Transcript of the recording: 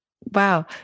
Wow